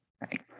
right